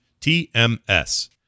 TMS